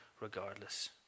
regardless